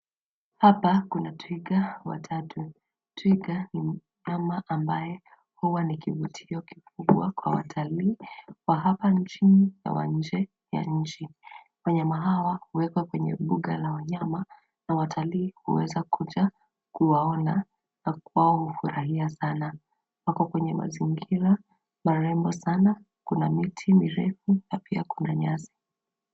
Hapa kuna twiga watatu. Twiga ni mnyama ambaye huwa ni kivutio kikubwa kwa watalii wa hapa nchini na wa nje ya nchi. Wanyama hawa huwekwa kwenye mbuga ya wanyama na watalii huweza kuja kuwaona na kwao hufurahia sana. Wako kwenye mazingira na rembo sana, kuna miti mirefu na pia kuna nyasi.